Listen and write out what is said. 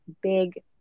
big